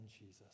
Jesus